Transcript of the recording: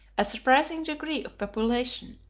a surprising degree of population,